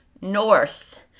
North